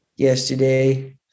yesterday